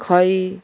खै